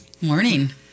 Morning